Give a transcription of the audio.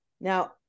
Now